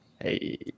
hey